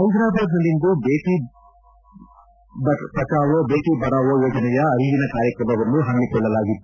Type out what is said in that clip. ಹೈದ್ರಾಬಾದ್ನಲ್ಲಿಂದು ಬೇಟ ಪಚಾವೋ ಬೇಟ ಪಢಾವೋ ಯೋಜನೆಯ ಅರಿವಿನ ಕಾರ್ಯಕ್ರಮವನ್ನು ಹಮ್ಮಿಕೊಳ್ಳಲಾಗಿತ್ತು